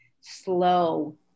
slow